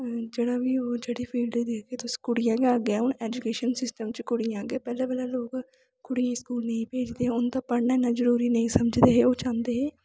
जेह्ड़ी फील्ड दिखगे कुड़ियां गै हून अग्गें ऐजुकेशन सिस्टम च कुड़ियां अग्गें पैह्लें पैह्लें लोग कुड़ियें गी स्कूल नेईं भेजदे हे उं'दा पढ़ना इन्ना जरूरी नेईं समझदे हे ओह् चांह्दे हे